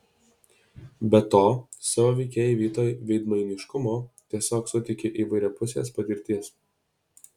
be to savo veikėjai vietoj veidmainiškumo tiesiog suteikia įvairiapusės patirties